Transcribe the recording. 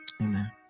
Amen